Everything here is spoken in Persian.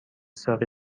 ساقی